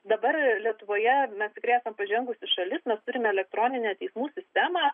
dabar lietuvoje mes tikrai esam pažengusi šalis mes turim elektroninę teismų sistemą